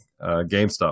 GameStop